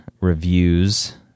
reviews